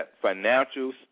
financial